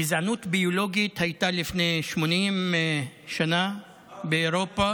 גזענות ביולוגית הייתה לפני 80 שנה באירופה.